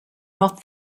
not